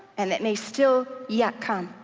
and that may still yet come,